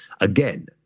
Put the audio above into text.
Again